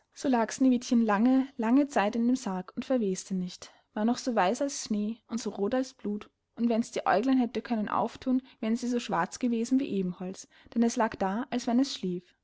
so lag sneewittchen lange lange zeit in dem sarg und verweste nicht war noch so weiß als schnee und so roth als blut und wenns die aeuglein hätte können aufthun wären sie so schwarz gewesen wie ebenholz denn es lag da als wenn es schlief